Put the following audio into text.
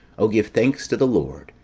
o give thanks to the lord,